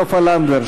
סופה לנדבר,